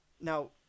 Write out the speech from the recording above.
Now